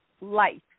life